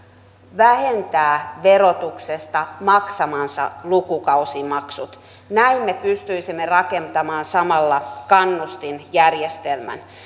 vähentää verotuksessa maksamansa lukukausimaksut näin me pystyisimme rakentamaan samalla kannustinjärjestelmän